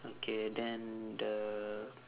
okay then the